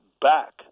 back